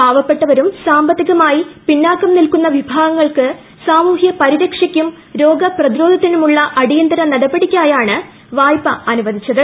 പാവപ്പെട്ടവരും സാമ്പത്തികമായി ദുർബലരുമായ വിഭാഗങ്ങൾക്ക് സാമൂഹ്യ പരിരക്ഷയ്ക്കും രോഗപ്രതിരോധത്തി നുമുള്ള അടിയന്തര നടപടിക്കായാണ് വായ്പ അനുവദിച്ചത്